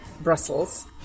Brussels